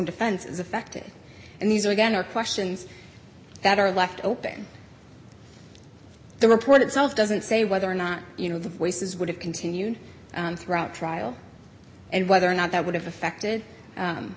defense is affected and these are again are questions that are left open the report itself doesn't say whether or not you know the voices would have continued throughout trial and whether or not that would have affected